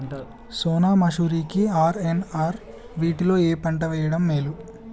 సోనా మాషురి కి ఆర్.ఎన్.ఆర్ వీటిలో ఏ పంట వెయ్యడం మేలు?